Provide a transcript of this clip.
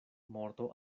morto